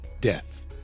death